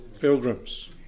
pilgrims